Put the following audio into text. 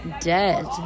dead